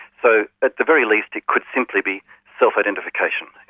so, at the very least it could simply be self-identification. you